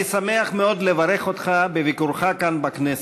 אני שמח מאוד לברך אותך בביקורך כאן בכנסת.